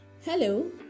Hello